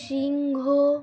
সিংহ